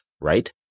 right